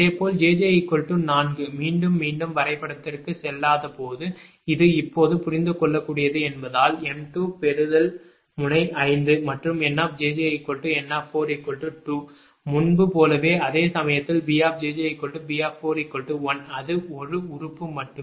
இதேபோல் jj 4 மீண்டும் மீண்டும் வரைபடத்திற்குச் செல்லாதபோது இது இப்போது புரிந்துகொள்ளக்கூடியது என்பதால் m2 பெறுதல் முனை 5 மற்றும் NjjN42 முன்பு போலவே அதே சமயத்தில் BB41 அது 1 உறுப்பு மட்டுமே